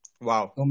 Wow